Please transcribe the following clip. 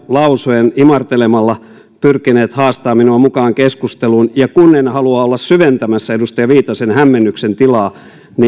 lausuen imartelemalla pyrkineet haastamaan minua mukaan keskusteluun ja kun en halua olla syventämässä edustaja viitasen hämmennyksen tilaa